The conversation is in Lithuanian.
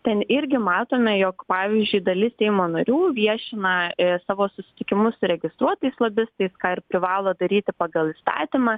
ten irgi matome jog pavyzdžiui dalis seimo narių viešina savo susitikimus su registruotais lobistais ką ir privalo daryti pagal įstatymą